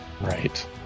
Right